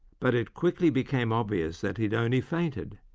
but it quickly became obvious that he had only fainted,